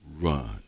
run